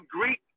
Greek